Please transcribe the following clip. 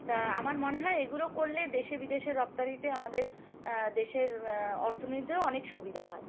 তা আমার মনে হয় এগুলো করলে দেশে বিদেশে রপ্তানিতে আমাদের দেশের অর্থনীতিও অনেক সুবিধা হয়